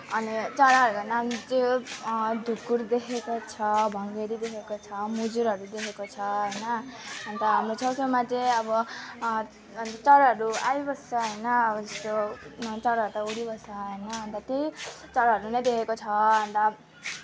अनि चराहरूको नाम चाहिँ हो ढुकुर देखेको छ भङ्गेरी देखेको छ मुजुरहरू देखेको छ होइन अन्त हाम्रो छेउछाउमा चाहिँ अब अन्त चराहरू आइबस्छ होइन अब जस्तो चराहरू त उडिबस्छ होइन अन्त त्यही चराहरू नि देखेको छ अन्त